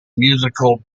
musical